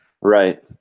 Right